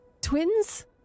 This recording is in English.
twins